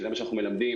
שזה מה שאנחנו מלמדים,